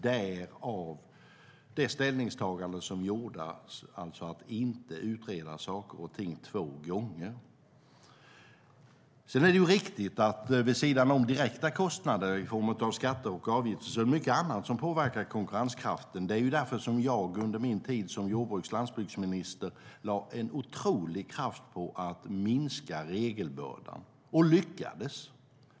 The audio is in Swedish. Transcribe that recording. Därför gjordes ställningstagandet att inte utreda saker och ting två gånger. Det är riktigt att det vid sidan av direkta kostnader i form av skatter och avgifter är mycket annat som påverkar konkurrenskraften. Det var därför jag under min tid som jordbruks och landsbygdsminister lade en oerhörd kraft på att minska regelbördan - och lyckades.